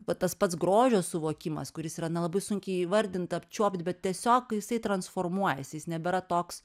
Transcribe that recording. va tas pats grožio suvokimas kuris yra na labai sunkiai įvardint apčiuopt bet tiesiog jisai transformuojasi jis nebėra toks